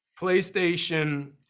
PlayStation